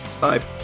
Bye